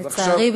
לצערי,